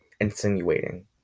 insinuating